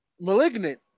Malignant